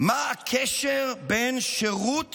מה הקשר בין שירות